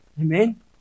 Amen